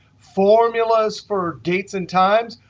formulas for dates and times,